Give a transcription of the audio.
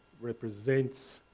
represents